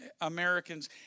Americans